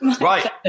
Right